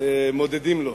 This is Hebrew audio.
מודדים לו.